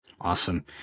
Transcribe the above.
awesome